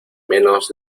menos